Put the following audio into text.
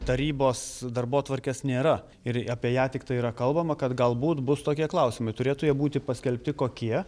tarybos darbotvarkės nėra ir apie ją tiktai yra kalbama kad galbūt bus tokie klausimai turėtų jie būti paskelbti kokie